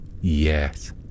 yes